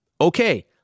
Okay